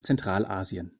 zentralasien